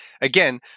Again